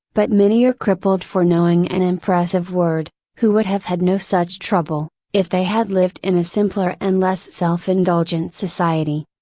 but many are crippled for knowing an impressive word, who would have had no such trouble, if they had lived in a simpler and less self indulgent society.